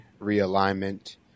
realignment